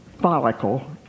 follicle